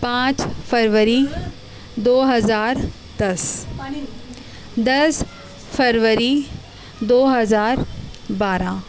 پانچ فروری دو ہزار دس دس فروری دو ہزار بارہ